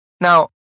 Now